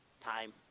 time